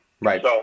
right